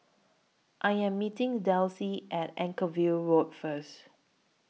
I Am meeting Delsie At Anchorvale Road First